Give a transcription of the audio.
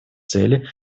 цели